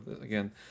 again